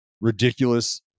ridiculous